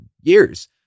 years